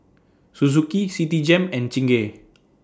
Suzuki Citigem and Chingay